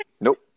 Nope